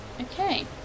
okay